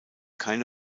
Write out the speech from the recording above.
keine